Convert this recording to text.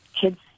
kids